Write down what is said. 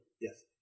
Yes